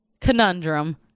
conundrum